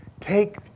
Take